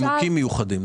מנימוקים מיוחדים.